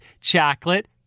chocolate